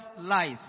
lies